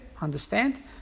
understand